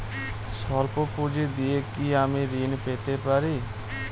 সল্প পুঁজি দিয়ে কি আমি ঋণ পেতে পারি?